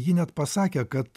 ji net pasakė kad